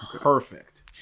perfect